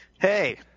Hey